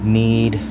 need